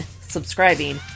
subscribing